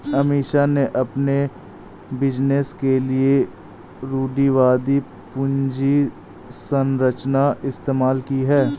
अमीषा ने अपने बिजनेस के लिए रूढ़िवादी पूंजी संरचना इस्तेमाल की है